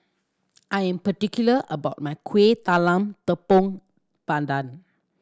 I am particular about my Kueh Talam Tepong Pandan